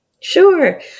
Sure